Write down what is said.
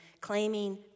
claiming